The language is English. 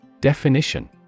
Definition